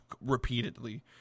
repeatedly